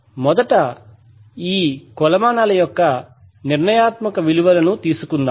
మొదట ఈ కొలమానాల యొక్క నిర్ణయాత్మక విలువను తీసుకుందాం